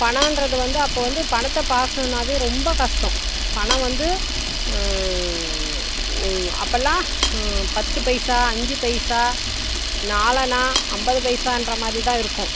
பணம்ன்றது வந்து அப்போ வந்து பணத்த பார்க்கணுன்னாவே ரொம்ப கஷ்டம் பணம் வந்து அப்போலாம் பத்து பைசா அஞ்சு பைசா நாலனா அம்பது பைசான்ற மாதிரி தான் இருக்கும்